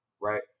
right